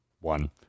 one